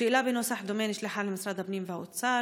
שאלה בנוסח דומה נשלחה למשרד הפנים ולמשרד האוצר.